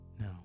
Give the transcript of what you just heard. No